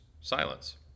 silence